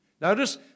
Notice